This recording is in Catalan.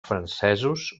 francesos